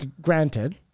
granted